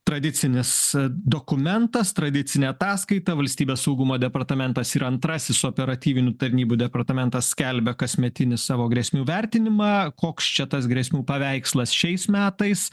tradicinis dokumentas tradicinė ataskaita valstybės saugumo departamentas ir antrasis operatyvinių tarnybų departamentas skelbia kasmetinį savo grėsmių vertinimą koks čia tas grėsmių paveikslas šiais metais